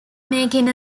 making